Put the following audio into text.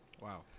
Wow